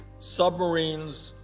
submarines,